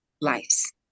lives